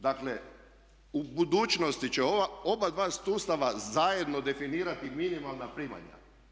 Dakle, u budućnosti će ova oba sustava zajedno definirati minimalna primanja.